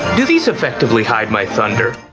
do these effectively hide my thunder?